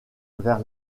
vers